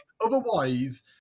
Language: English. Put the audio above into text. otherwise